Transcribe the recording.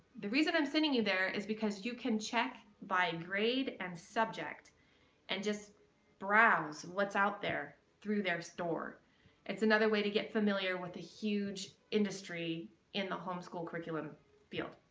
the reason i'm sending you there is because you can check by grade and subject and just browse what's out there through their store it's another way to get familiar with a huge industry in the homeschool curriculum field.